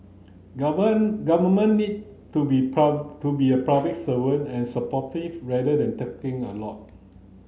government need to be to be a public servant and supportive rather than a lot